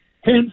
Hence